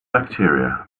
bacteria